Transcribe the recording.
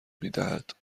میدهد